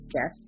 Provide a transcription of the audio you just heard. Yes